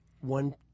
one